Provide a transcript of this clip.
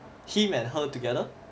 him and her together